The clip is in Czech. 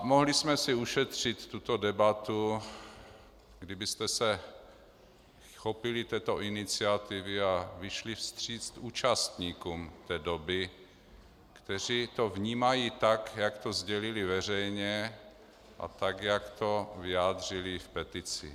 Mohli jsme si ušetřit tuto debatu, kdybyste se chopili této iniciativy a vyšli vstříc účastníkům té doby, kteří to vnímají tak, jak to sdělili veřejně, a tak, jak to vyjádřili v petici.